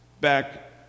back